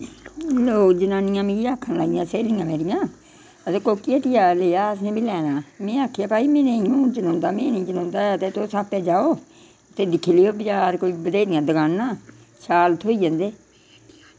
ओह् जनानियां मिगी आक्खन लग्गियां स्हेलियां मेरियां ते कोह्की हट्टिया लेआ हा असैं बी लैनां में आक्खेआ भई में नेईं हून जनोंदा में नेईं जनोंदा ऐ ते तुस आपें जाओ ते दिक्खी लेओ बाजार कोई बत्हेरियां दकानां शैल थ्होई जंदे